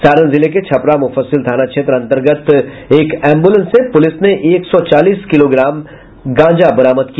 सारण जिले के छपरा मुफस्सिल थाना क्षेत्र अंतर्गत एक एम्ब्रलेंस से पुलिस ने एक सौ चालीस किलोग्राम गांजा बरामद किया